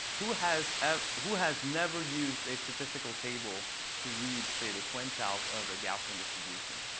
who has ah who has never used a statistical table to read, say, the quantiles of a gaussian distribution?